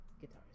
guitars